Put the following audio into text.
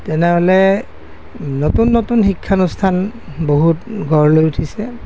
তেনেহ'লে নতুন নতুন শিক্ষানুষ্ঠান বহুত গঢ় লৈ উঠিছে